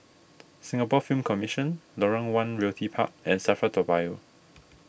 Singapore Film Commission Lorong one Realty Park and Safra Toa Payoh